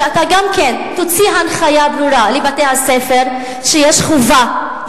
שאתה גם תוציא הנחיה ברורה לבתי-הספר שיש חובה,